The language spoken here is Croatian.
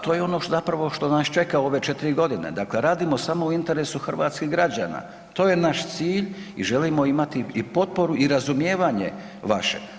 To je ono što nas zapravo što nas čeka ove 4 g., dakle radimo samo u interesu hrvatskih građana, to je naš cilj i želimo imati i potporu i razumijevanje vaše.